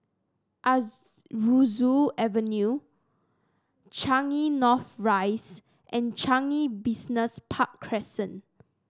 Aroozoo Avenue Changi North Rise and Changi Business Park Crescent